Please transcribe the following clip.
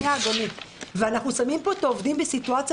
אנחנו שמים פה את העובדים בסיטואציה